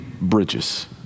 bridges